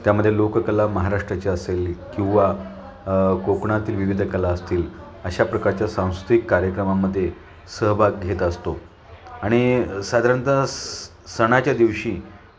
त्यामध्ये लोककला महाराष्ट्राची असेल किंवा कोकणातील विविध कला असतील अशा प्रकारच्या सांस्कृतिक कार्यक्रमांमध्ये सहभाग घेत असतो आणि साधारणतः स सणाच्या दिवशी